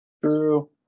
True